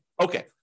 Okay